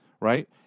right